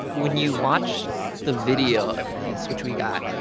when you watch the video of this, which we got,